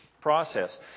Process